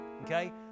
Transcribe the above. Okay